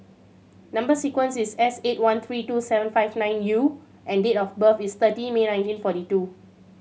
number sequence is S eight one three two seven five nine U and date of birth is thirty May nineteen forty two